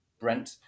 Brent